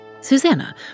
Susanna